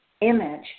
image